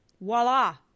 Voila